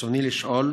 רצוני לשאול: